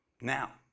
Now